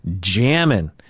jamming